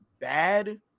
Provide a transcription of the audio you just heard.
bad